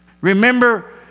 Remember